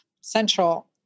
central